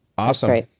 Awesome